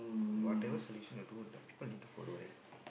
whatever solution you do the people need to follow right